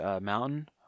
Mountain